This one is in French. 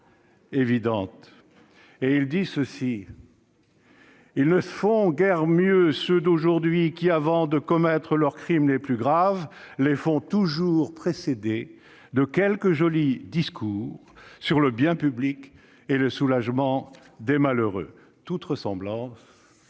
évidente :« Ils ne font guère mieux ceux d'aujourd'hui qui, avant de commettre leurs crimes les plus graves, les font toujours précéder de quelques jolis discours sur le bien public et le soulagement des malheureux. »